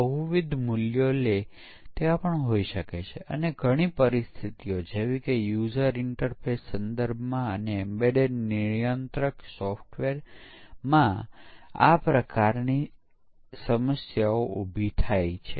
એક પરીક્ષણ કેસ એ મૂળભૂત રીતે પરીક્ષણ ડેટા અને સ્ટેટનો એક સમૂહ છે કે જેના પર પરીક્ષણ ડેટા લાગુ થવાનો છે અને પરિણામનું અવલોકન થવાનું છે